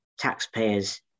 taxpayers